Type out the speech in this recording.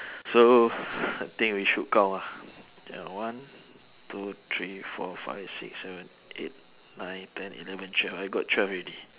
so I think we should count ah there are one two three four five six seven eight nine ten eleven twelve I got twelve already